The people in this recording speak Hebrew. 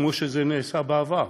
כמו שזה נעשה בעבר.